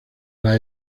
las